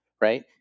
right